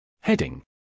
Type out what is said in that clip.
Heading